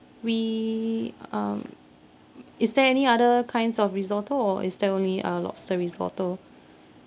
we um is there any other kinds of risotto or is there only uh lobster risotto